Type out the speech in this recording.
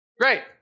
Great